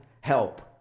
help